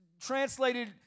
translated